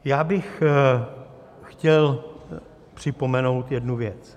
Já bych chtěl připomenout jednu věc.